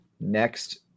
next